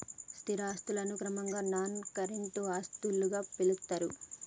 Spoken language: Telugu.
స్థిర ఆస్తులను క్రమంగా నాన్ కరెంట్ ఆస్తులుగా పిలుత్తరు